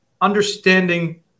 understanding